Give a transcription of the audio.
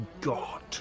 god